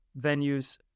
venues